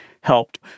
helped